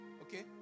okay